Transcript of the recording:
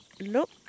look